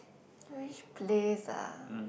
which place ah